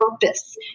purpose